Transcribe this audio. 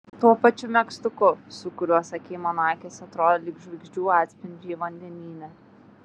tuo pačiu megztuku su kuriuo sakei mano akys atrodo lyg žvaigždžių atspindžiai vandenyne